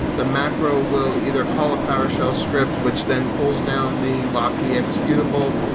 the macro will either call a powershell script which then pulls down the locky executable,